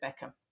Beckham